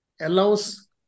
allows